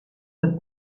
the